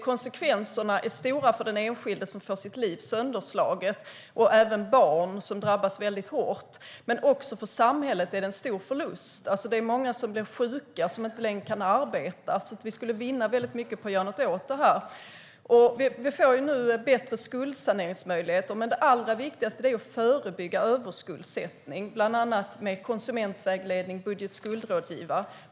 Konsekvenserna är stora för den enskilde, som får sitt liv sönderslaget. Även barn drabbas hårt. Det är också en stor förlust för samhället då många blir sjuka och inte längre kan arbeta. Vi skulle vinna mycket på att göra något åt detta. Vi får nu bättre skuldsaneringsmöjligheter, men det allra viktigaste är att förebygga överskuldsättning, bland annat genom konsumentvägledning och budget och skuldrådgivare.